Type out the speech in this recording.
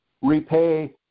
Repay